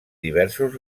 diversos